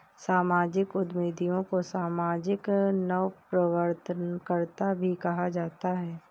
सामाजिक उद्यमियों को सामाजिक नवप्रवर्तनकर्त्ता भी कहा जाता है